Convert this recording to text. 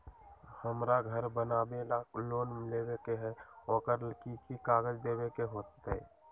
हमरा घर बनाबे ला लोन लेबे के है, ओकरा ला कि कि काग़ज देबे के होयत?